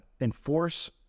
enforce